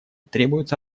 требуется